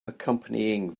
accompanying